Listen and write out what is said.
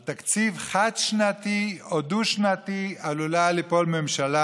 על תקציב חד-שנתי או דו-שנתי עלולה ליפול ממשלה.